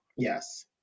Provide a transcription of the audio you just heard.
Yes